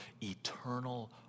eternal